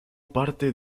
parte